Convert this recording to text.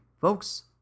folks